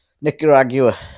Nicaragua